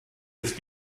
ist